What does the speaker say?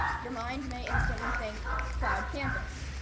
your mind may instantly think cloud campus.